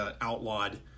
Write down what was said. outlawed